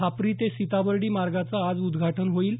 खापरी ते सीताबर्डी मार्गाचं आज उद्घाटन होईल